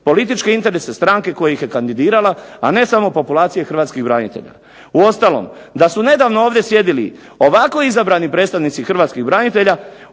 političke interese stranke koja ih je kandidirala, a ne samo populacije hrvatskih branitelja. Uostalom, da su nedavno ovdje sjedili ovako izabrani predstavnici hrvatskih branitelja,